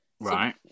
Right